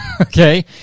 Okay